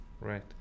Right